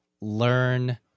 learn